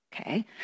Okay